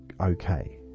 okay